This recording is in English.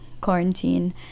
quarantine